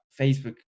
Facebook